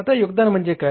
आता योगदान म्हणजे काय